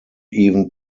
even